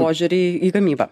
požiūrį į gamybą